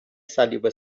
صلیب